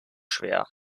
schwer